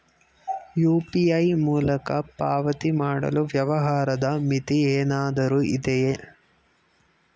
UPI ಮೂಲಕ ಪಾವತಿ ಮಾಡಲು ವ್ಯವಹಾರದ ಮಿತಿ ಏನಾದರೂ ಇದೆಯೇ?